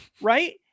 right